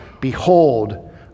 behold